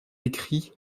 écrits